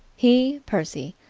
he, percy,